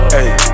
Hey